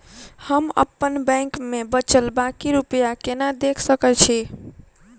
हम अप्पन बैंक मे बचल बाकी रुपया केना देख सकय छी?